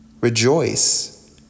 rejoice